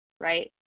right